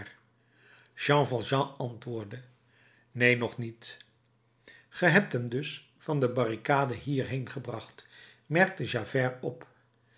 jean valjean antwoordde neen nog niet ge hebt hem dus van de barricade hierheen gebracht merkte javert op